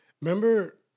Remember